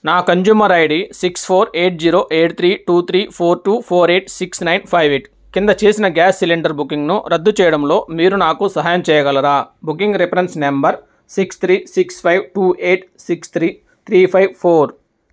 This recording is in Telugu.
నా consumer ID six four eight zero eight three two three four two four eight six nine five eight కింద చేసిన గ్యాస్ సిలిండర్ బుకింగ్ను రద్దు చేయడంలో మీరు నాకు సహాయం చేయగలరా booking reference number six three six five two eight six three three five four